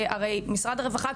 הרי משרד הרווחה,